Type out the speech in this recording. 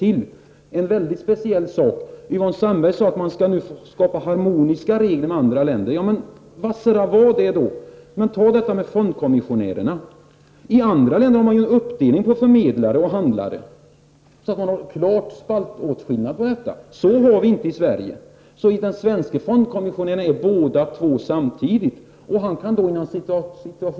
Yvonne Sandberg-Fries sade att vi skall skapa regler som harmoniserar med reglerna i andra länder. Men vasserra: Gör det då! Ta t.ex. fondkommissionärerna. I andra länder har man en uppdelning mellan förmedlare och handlare så att de är klart åtskilda. Detta har vi inte i Sverige, utan den svenske fondkommissionären är både förmedlare och handlare samtidigt.